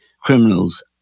criminals